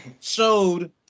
showed